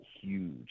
huge